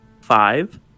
five